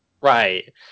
Right